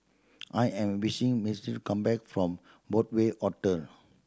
I am waiting mister come back from Broadway Hotel